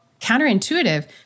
counterintuitive